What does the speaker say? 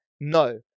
no